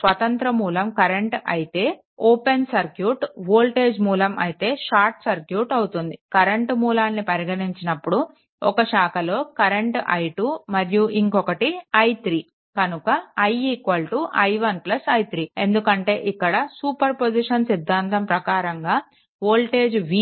స్వతంత్ర మూలం కరెంట్ అయితే ఓపెన్ సర్క్యూట్ వోల్టేజ్ మూలం అయితే షార్ట్ సర్క్యూట్ అవుతుంది కరెంట్ మూలాన్ని పరిగణించినప్పుడు ఒక శాఖలోని కరెంట్ i2 మరియు ఇంకోటి i3 కనుక i i1 i3 ఎందుకంటే ఇక్కడ సూపర్ పొజిషన్ సిద్ధాంతం ప్రకారంగా వోల్టేజ్ v